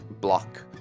block